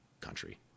country